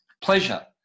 pleasure